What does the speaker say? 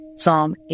Psalm